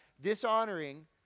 dishonoring